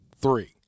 Three